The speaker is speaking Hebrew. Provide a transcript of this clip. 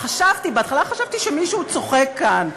בהתחלה חשבתי שמישהו צוחק כאן,